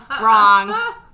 Wrong